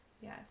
Yes